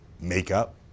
makeup